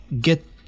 get